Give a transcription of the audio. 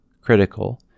critical